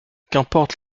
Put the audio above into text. qu’importe